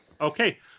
Okay